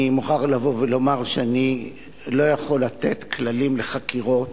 אני מוכרח לבוא ולומר שאני לא יכול לתת כללים לחקירות.